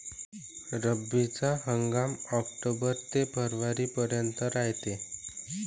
रब्बीचा हंगाम आक्टोबर ते फरवरीपर्यंत रायते